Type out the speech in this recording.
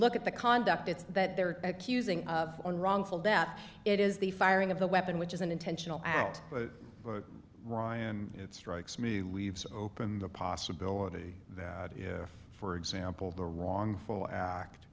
look at the conduct it's that they're accusing of one wrongful death it is the firing of the weapon which is an intentional act but ryan it strikes me leaves open the possibility that if for example the wrongful act